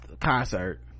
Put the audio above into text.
concert